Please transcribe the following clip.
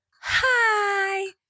hi